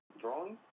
drone